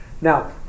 Now